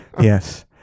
Yes